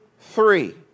three